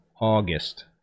August